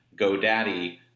GoDaddy